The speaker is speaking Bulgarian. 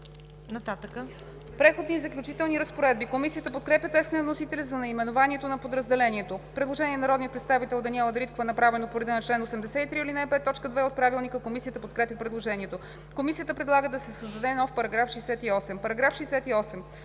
„Преходни и заключителни разпоредби“. Комисията подкрепя текста на вносителя за наименованието на подразделението. Предложение на народния представител Даниела Дариткова, направено по реда на чл. 83, ал. 5, т. 2 от ПОДНС. Комисията подкрепя предложението. Комисията предлага да се създаде нов § 68: „§ 68.